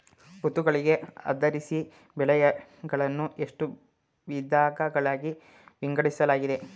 ಋತುಗಳಿಗೆ ಆಧರಿಸಿ ಬೆಳೆಗಳನ್ನು ಎಷ್ಟು ವಿಧಗಳಾಗಿ ವಿಂಗಡಿಸಲಾಗಿದೆ?